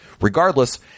Regardless